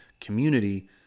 community